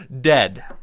dead